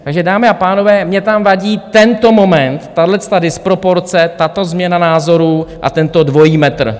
Takže dámy a pánové, mně tam vadí tento moment, tahleta disproporce, tato změna názorů a tento dvojí metr.